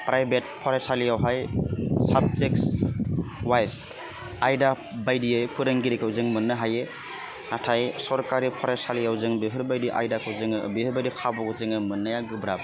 private फरायसालियावहाय subjects wise आयदा बायदियै फोरोंगिरिखौ जों मोन्नो हायो नाथाय सरखारि फरायसालियाव जों बेफोरबायदि आयदाखौ जोङो बेफोबायदि खाबु जोङो मोन्नाया गोब्राब